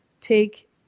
take